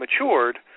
matured